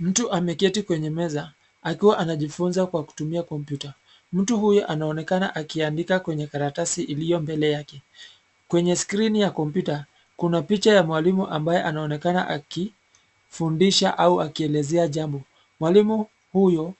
Mtu ameketi kwenye meza akiwa anajifunza kwa kutumia kompyuta. Mtu huyo anaonekana akiandika kwenye karatasi iliyo mbele yake. Kwenye skrini ya kompyuta, kuna picha ya mwalimu ambaye anaonekana akifundisha au akielezea jambo. Mwalimu huyo